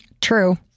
True